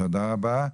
תודה רבה.